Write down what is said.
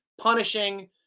punishing